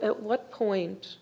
at what point